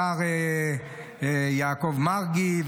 השר יעקב מרגי,